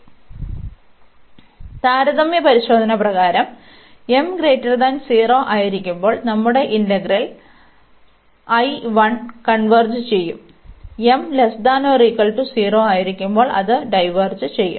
അതിനാൽ താരതമ്യ പരിശോധന പ്രകാരം m 0 ആയിരിക്കുമ്പോൾ നമ്മുടെ ഇന്റഗ്രൽ കൺവെർജ് ചെയ്യും m≤0 ആയിരിക്കുമ്പോൾ അത് ഡൈവേർജ് ചെയ്യും